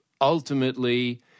ultimately